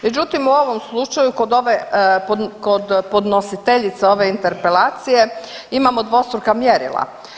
Međutim, u ovom slučaju, kod ove, kod podnositeljice ove interpelacije imamo dvostruka mjerila.